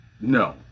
no